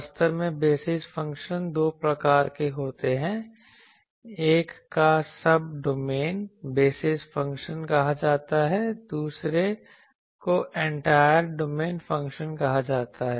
वास्तव में basis function दो प्रकार के होते हैं एक को सब्डोमेन बेसिस फंक्शन कहा जाता है दूसरे को एंटायर डोमेन फ़ंक्शन कहा जाता है